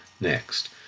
next